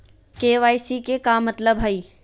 KYC के का मतलब हई?